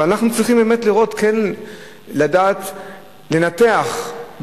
אנחנו צריכים לדעת לנתח,